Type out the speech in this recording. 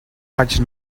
faig